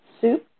soup